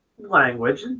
language